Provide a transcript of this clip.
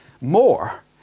more